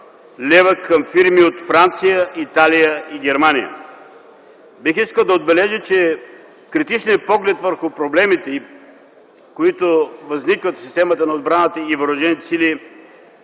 лв. към фирми от Франция, Италия и Германия. Бих искал да отбележа, че критичният поглед върху проблемите, които възникват в системата на отбраната и въоръжените сили,